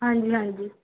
ਹਾਂਜੀ ਹਾਂਜੀ